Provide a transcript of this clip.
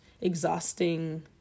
exhausting